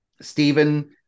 Stephen